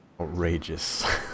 outrageous